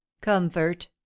comfort